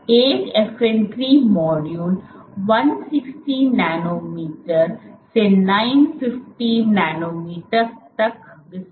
एक FN 3 module 160 nanometre से 950 nanometre तक विस्तार करेगा